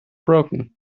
broken